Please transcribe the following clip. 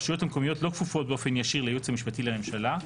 הרשויות המקומיות לא כפופות באופן ישיר לייעוץ המשפטי לממשלה,